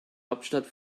hauptstadt